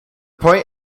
point